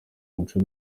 muco